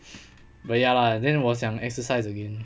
but ya lah then 我想 exercise again